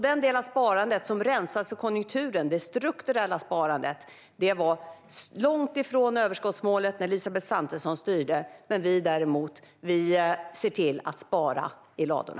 Den del av sparandet som rensas för konjunkturen - det strukturella sparandet - var långt ifrån överskottsmålet när Elisabeth Svantesson var med och styrde. Vi, däremot, ser till att spara i ladorna.